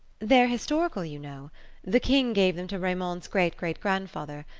they're historical, you know the king gave them to raymond's great-great-grandfather.